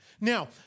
Now